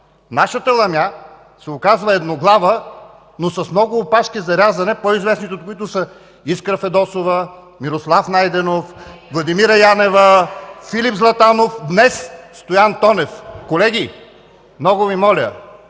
Нашата ламя се оказва едноглава, но с много опашки за рязане, по-известни от които са Искра Фидосова, Мирослав Найденов, Владимира Янева, Филип Златанов. А днес – Стоян Тонев. (Шум и реплики от